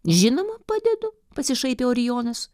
žinoma padedu pasišaipė orijonas